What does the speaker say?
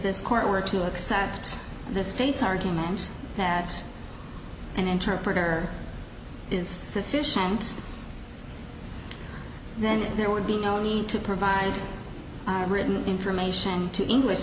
call were to accept the state's argument that an interpreter is sufficient then there would be no need to provide written information to english